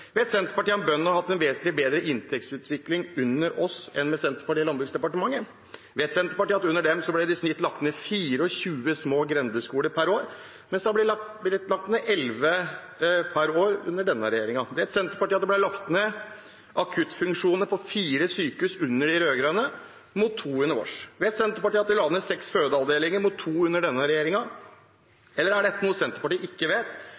Vet Senterpartiet at bøndene har hatt en vesentlig bedre inntektsutvikling under oss enn med Senterpartiet i Landbruksdepartementet? Vet Senterpartiet at det under dem ble lagt ned i snitt 24 små grendeskoler per år, mens det har blitt lagt ned 11 per år under denne regjeringen? Vet Senterpartiet at det ble lagt ned akuttfunksjoner på fire sykehus under de rød-grønne, mot to under oss? Vet Senterpartiet at de la ned seks fødeavdelinger, mot to under denne regjeringen? Eller er dette noe Senterpartiet ikke vet,